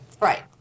Right